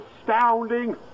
astounding